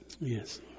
Yes